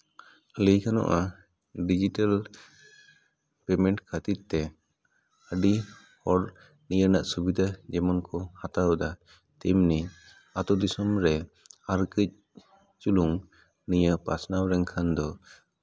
ᱞᱟᱹᱭ ᱜᱟᱱᱚᱜᱼᱟ digital payment ᱠᱷᱟᱹᱛᱤᱨ ᱛᱮ ᱟᱹᱰᱤ ᱦᱚᱲ ᱱᱤᱭᱟᱹ ᱨᱮᱱᱟᱜ ᱥᱩᱵᱤᱫᱷᱟ ᱡᱮᱢᱚᱱ ᱠᱚ ᱦᱟᱛᱟᱣ ᱮᱫᱟ ᱛᱮᱢᱱᱤ ᱟᱹᱛᱩ ᱫᱤᱥᱚᱢ ᱨᱮ ᱟᱨ ᱠᱟᱹᱡ ᱪᱩᱞᱩᱝ ᱱᱤᱭᱟᱹ ᱯᱟᱥᱱᱟᱣ ᱞᱮᱱᱠᱷᱟᱱ ᱫᱚ